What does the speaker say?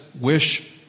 wish